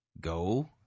Go